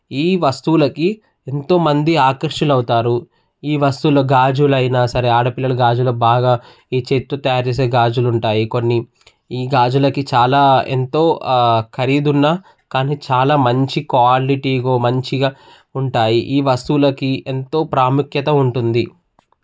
ఈ వస్తువులకి ఎంతో మంది ఆకర్షితులు అవుతారు ఈ వస్తువులు గాజులు అయినా సరే ఆడపిల్లలు గాజులు బాగా ఈ చేతితో తయారు చేసే గాజులు ఉంటాయి కొన్ని ఈ గాజులకి చాలా ఎంతో ఖరీదు ఉన్న కానీ చాలా మంచి క్వాలిటీగో మంచిగా ఉంటాయి ఈ వస్తువులకి ఎంతో ప్రాముఖ్యత ఉంటుంది